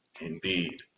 Indeed